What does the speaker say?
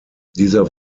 dieser